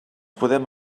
podem